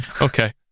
Okay